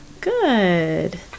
Good